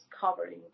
covering